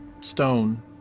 stone